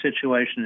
situation